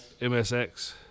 MSX